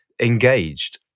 engaged